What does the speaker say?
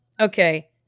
Okay